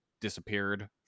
disappeared